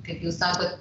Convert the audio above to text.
kaip jūs sakot